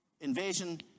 Invasion